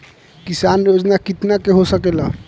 किसान योजना कितना के हो सकेला?